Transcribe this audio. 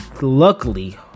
luckily